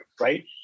right